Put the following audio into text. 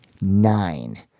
Nine